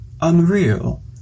unreal